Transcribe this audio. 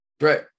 Right